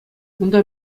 унта